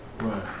Right